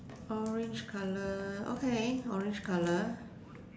orange colour okay orange colour